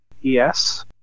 Yes